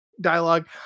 dialogue